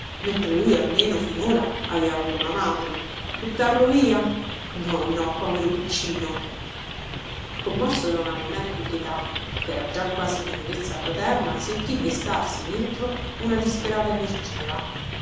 mentre lui almeno finora aveva avuto la madre buttarlo via no no povero piccino commosso da una veemente pietà chera già quasi tenerezza fraterna sentì destarsi dentro una disperata energia